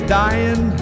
dying